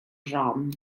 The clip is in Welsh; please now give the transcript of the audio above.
drom